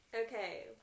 Okay